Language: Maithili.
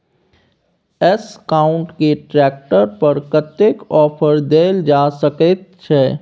एसकाउट के ट्रैक्टर पर कतेक ऑफर दैल जा सकेत छै?